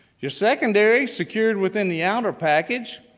your secondary secured within the outer package.